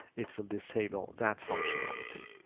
it will disable that functionality.